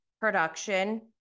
production